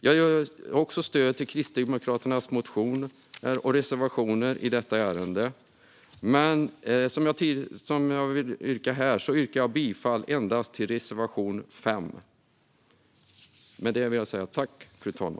Jag stöder också Kristdemokraternas motioner och reservationer i detta ärende, men jag yrkar bifall endast till reservation 5.